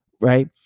Right